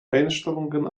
einstellungen